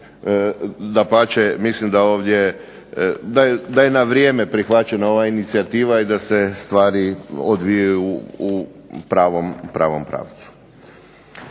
dapače mislim da je na vrijeme prihvaćena ova inicijativa i da se stvari odvijaju u pravom pravcu.